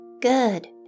Good